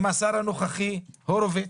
עם השר הנוכחי הורוביץ.